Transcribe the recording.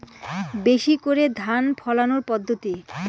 বেশি করে ধান ফলানোর পদ্ধতি?